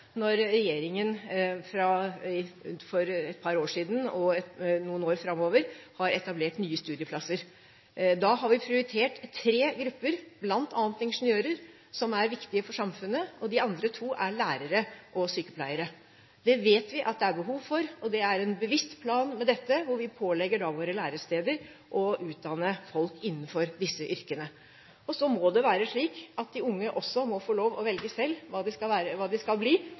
regjeringen for et par år siden, for noen år framover, etablerte nye studieplasser. Da har vi prioritert tre grupper, bl.a. ingeniører, som er viktige for samfunnet. De andre to er lærere og sykepleiere. Det vet vi at det er behov for. Det er en bevisst plan med dette, og vi pålegger våre læresteder å utdanne folk innenfor disse yrkene. Så må det være slik at de unge også må få lov å velge selv hva de skal bli, og hva de skal